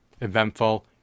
eventful